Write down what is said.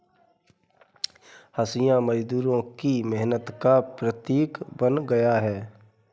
हँसिया मजदूरों की मेहनत का प्रतीक बन गया है